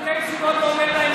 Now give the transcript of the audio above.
לתלמידי ישיבות ואומר להם,